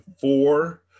four